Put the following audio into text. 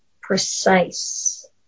precise